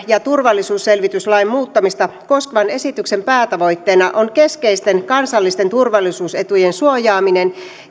ja turvallisuusselvityslain muuttamista koskevan esityksen päätavoitteena on keskeisten kansallisten turvallisuusetujen suojaaminen